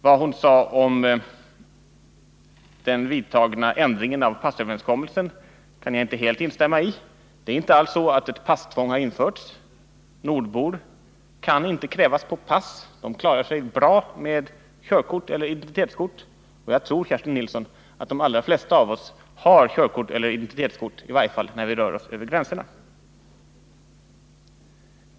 Vad hon sade om den vidtagna ändringen av passöverenskommelsen kan jag inte helt instämma i. Det är inte alls så att ett passtvång har införts. Nordbor kan inte krävas på pass. De klarar sig bra med körkort eller identitetskort. Och jag tror, Kerstin Nilsson, att de allra flesta av oss har körkort eller identitetskort, i varje fall när vi rör oss över gränserna.